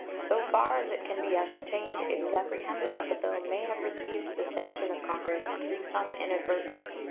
so far as it can be ascertained it is apprehended that the bill may have received the sanction of congress through some inadvertence,